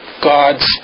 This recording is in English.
God's